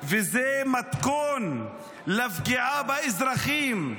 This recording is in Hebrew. וזה מתכון לפגיעה באזרחים.